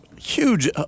huge